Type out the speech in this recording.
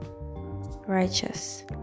righteous